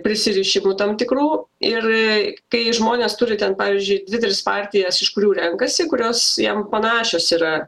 prisirišimų tam tikrų ir kai žmonės turi ten pavyzdžiui dvi tris partijas iš kurių renkasi kurios jiem panašios yra